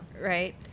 right